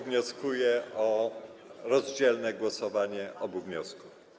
Wnioskuję o rozdzielne przegłosowanie obu wniosków.